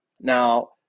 Now